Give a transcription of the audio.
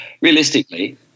realistically